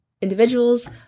individuals